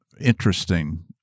interesting